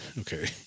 okay